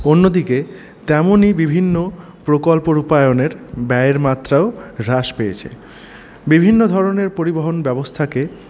অন্যদিকে তেমনি বিভিন্ন প্রকল্প রূপায়ণের ব্যায়ের মাত্রাও হ্রাস পেয়েছে বিভিন্ন ধরনের পরিবহন ব্যবস্থাকে